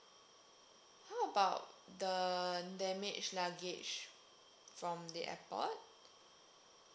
how about the damaged luggage from the airport